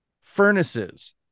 Furnaces